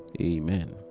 Amen